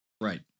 Right